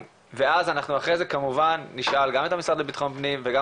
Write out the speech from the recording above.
ואז אנחנו אחרי זה נשאל כמובן גם את המשרד לבטחון פנים וגם